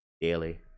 Daily